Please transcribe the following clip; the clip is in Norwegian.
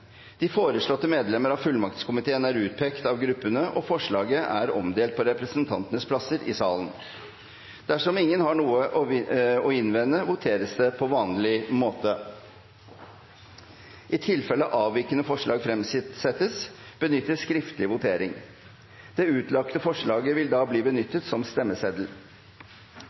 De foreslåtte medlemmer av fullmaktskomiteen er utpekt av gruppene, og forslaget er omdelt på representantenes plasser i salen. Dersom ingen har noe å innvende, voteres det på vanlig måte. I tilfelle avvikende forslag fremsettes, benyttes skriftlig votering. Det utlagte forslaget vil da bli benyttet som stemmeseddel.